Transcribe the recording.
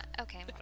Okay